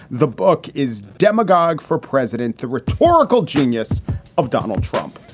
the book is demagogue for president the rhetorical genius of donald trump.